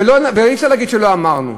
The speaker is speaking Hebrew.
ואי-אפשר להגיד שלא אמרנו.